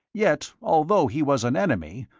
yet although he was an enemy,